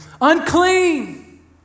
unclean